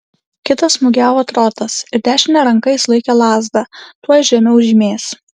kitas smūgiavo trotas ir dešine ranka jis laikė lazdą tuoj žemiau žymės